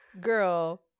girl